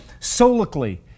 solically